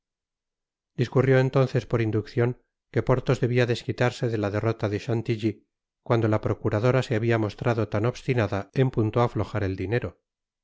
discurrió entonces por induccion que porthos debia desquitarse de la der rota de chantilly cuando la procuradora se habia mostrado tan obstinada en punto á aflojar dinero